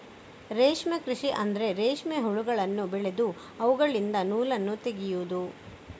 ರೇಷ್ಮೆ ಕೃಷಿ ಅಂದ್ರೆ ರೇಷ್ಮೆ ಹುಳಗಳನ್ನು ಬೆಳೆದು ಅವುಗಳಿಂದ ನೂಲನ್ನು ತೆಗೆಯುದು